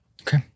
Okay